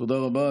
תודה רבה.